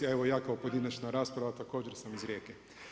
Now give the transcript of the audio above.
A evo ja kao pojedinačna rasprava također sam iz Rijeke.